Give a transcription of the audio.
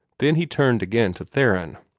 then he turned again to theron.